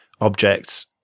objects